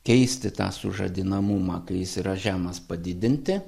keisti tą sužadinamumą kai jis yra žemas padidinti